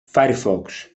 firefox